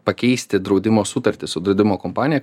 pakeisti draudimo sutartį su draudimo kompanija